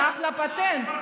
אחלה פטנט.